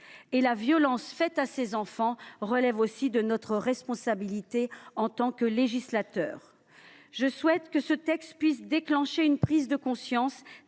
et la violence faite à ces enfants relève aussi de notre responsabilité en tant que législateur. Je souhaite que ce texte provoque une prise de conscience